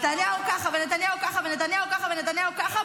נתניהו ככה ונתניהו ככה ונתניהו ככה,